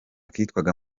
kitwaga